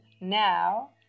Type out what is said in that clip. now